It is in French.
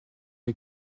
les